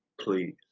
Please